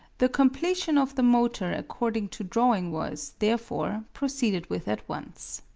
the completion of the motor according to drawing was, therefore, proceeded with at once.